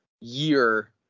year